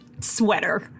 sweater